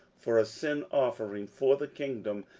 for a sin offering for the kingdom,